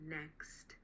next